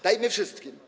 Dajmy wszystkim.